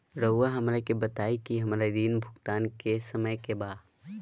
रहुआ हमरा के बताइं कि हमरा ऋण भुगतान के समय का बा?